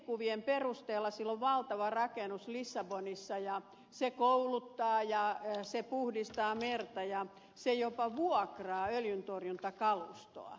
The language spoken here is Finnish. nettikuvien perusteella sillä on valtava rakennus lissabonissa ja se kouluttaa ja se puhdistaa merta ja se jopa vuokraa öljyntorjuntakalustoa